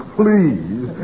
please